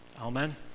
Amen